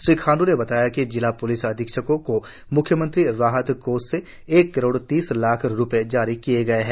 श्री खाण्ड्र ने बताया कि जिला प्लिस अधीक्षकों को म्ख्यमंत्री राहत कोष से एक करोड़ तीस लाख़ रुपये जारी किए गए है